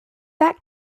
that